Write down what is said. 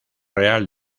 real